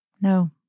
No